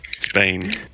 Spain